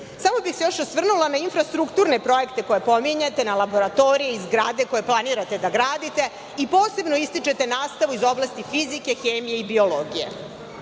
bih se još osvrnula na infrastrukturne projekte koje pominjete, na laboratorije i zgrade koje planirate da gradite i posebno ističete nastavu iz oblasti fizike, hemije i biologije.